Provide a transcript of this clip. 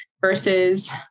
versus